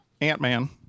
Ant-Man